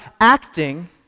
acting